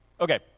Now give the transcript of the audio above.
Okay